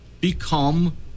become